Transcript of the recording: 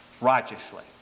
righteously